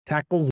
Tackle's